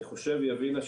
אני חושב יבינה,